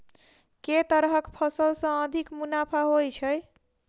केँ तरहक फसल सऽ अधिक मुनाफा होइ छै?